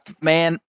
Man